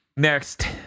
Next